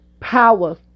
power